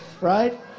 right